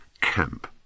camp